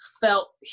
felt